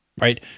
right